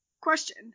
question